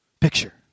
picture